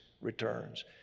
returns